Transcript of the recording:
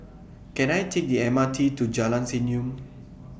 Can I Take The M R T to Jalan Senyum